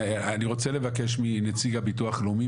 אני רוצה לבקש מנציג הביטוח הלאומי,